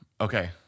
Okay